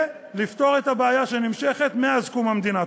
לפתור את הבעיה שנמשכת מאז קום המדינה.